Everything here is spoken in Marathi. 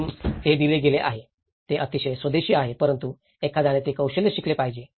म्हणून ते दिले गेले आहे जे अतिशय स्वदेशी आहे परंतु एखाद्याने ते कौशल्य शिकले पाहिजे